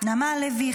נעמה לוי,